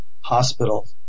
hospital